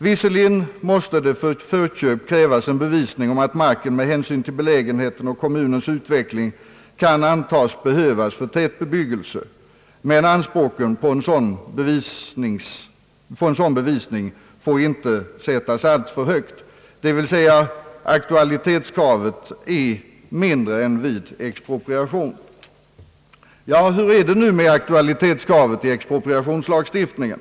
Visserligen måste det för förköp krävas en bevisning om att marken med hänsyn till belägenhet och kommunens utveckling kan antas behövas för tätbebyggelse, men anspråken på en sådan bevisning får inte sättas alltför högt, dvs. aktualitetskravet är mindre än vid expropriation. Hur är det nu med aktualitetskravet i expropriationslagstiftningen?